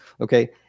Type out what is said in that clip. okay